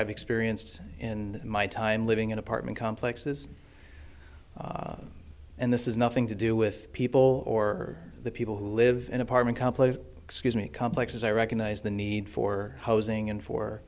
i've experienced in my time living in apartment complexes and this is nothing to do with people or the people who live in apartment complex excuse me complexes i recognize the need for housing and for